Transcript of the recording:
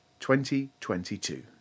2022